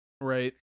Right